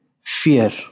fear